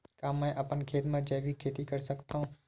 का मैं अपन खेत म जैविक खेती कर सकत हंव?